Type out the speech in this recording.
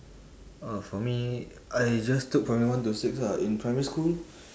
ah for me I just took primary one to six ah in primary school